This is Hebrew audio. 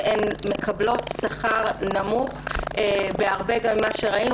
ושם הן מקבלות שכר נמוך בהרבה ממה שראינו.